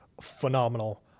phenomenal